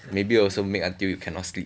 maybe also make until you cannot sleep